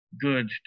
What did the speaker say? good